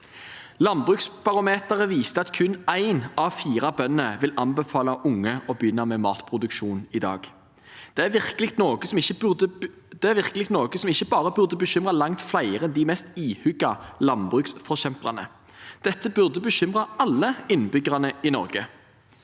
Landbruksbarometeret viste at kun én av fire bønder vil anbefale unge å begynne med matproduksjon i dag. Det er virkelig noe som ikke bare burde bekymre langt flere enn de mest ihuga landbruksforkjemperne. Dette burde bekymre alle innbyggerne i Norge.